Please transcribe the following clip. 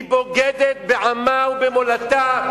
בוגדת בעמה ובמולדתה,